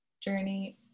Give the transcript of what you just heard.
journey